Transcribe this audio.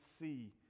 see